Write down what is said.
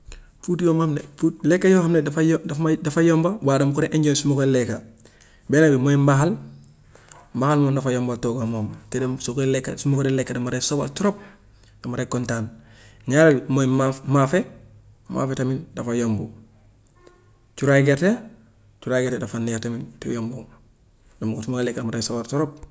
Food yu nga xam ne food lekk yoo xam ne dafa yo- daf may dafa yomba waaye dama ko dee enjoy su ma ko lekka benn bi mooy mbaxal mbaxal moom dafa yomba togg moom te tamit soo koy lekka su ma ko dee lekka dama dee sawar trop dama dee kontaan. Ñaareel bi mooy maaf maafe, maafe tamit dafa yomb, cuuraay gerte, cuuraay gerte dafa neex tamit te yomb moom sumay lekk dama koy sawar trop.